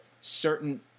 certain